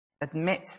admit